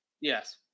Yes